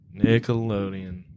Nickelodeon